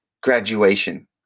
graduation